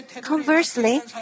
Conversely